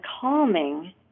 calming